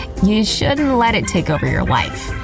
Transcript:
you shouldn't let it take over your life,